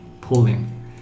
pulling